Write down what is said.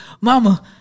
Mama